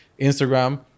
instagram